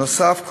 נוסף על כך,